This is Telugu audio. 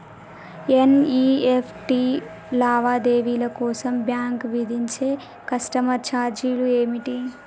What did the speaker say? ఎన్.ఇ.ఎఫ్.టి లావాదేవీల కోసం బ్యాంక్ విధించే కస్టమర్ ఛార్జీలు ఏమిటి?